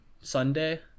sunday